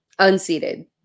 unseated